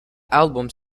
album